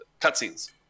cutscenes